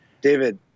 David